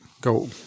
go